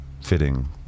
fitting